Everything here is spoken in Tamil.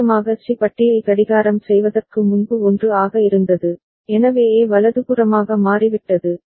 நிச்சயமாக சி பட்டியை கடிகாரம் செய்வதற்கு முன்பு 1 ஆக இருந்தது எனவே A வலதுபுறமாக மாறிவிட்டது